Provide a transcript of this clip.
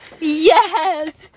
Yes